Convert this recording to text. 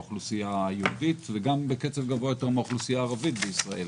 האוכלוסייה היהודית וגם בקצב גבוה יותר מן האוכלוסייה הערבית בישראל,